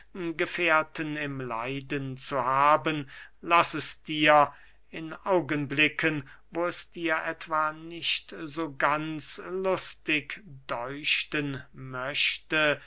gefährten im leiden zu haben laß es dir in augenblicken wo es dir etwa nicht so ganz lustig däuchten möchte